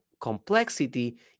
complexity